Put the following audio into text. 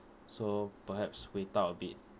so perhaps without a bit